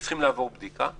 שצריכים לעבור בדיקה,